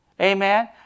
Amen